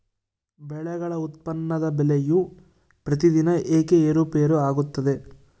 ಬೆಳೆಗಳ ಉತ್ಪನ್ನದ ಬೆಲೆಯು ಪ್ರತಿದಿನ ಏಕೆ ಏರುಪೇರು ಆಗುತ್ತದೆ?